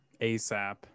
ASAP